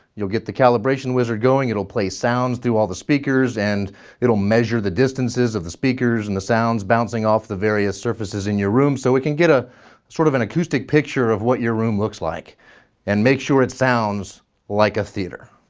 you'll get the calibration wizard going. it'll play sounds through all the speakers and it'll measure the distances of the speakers and the sounds bouncing off the various surfaces in your room so it can get a sort of an acoustic picture of what your room looks like and make sure it sounds like a theater.